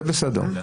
זה בסדר.